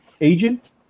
agent